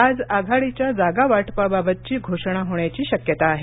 आज आघाडीच्या जागावाटपाबाबतची घोषणा होण्याची शक्यता आहे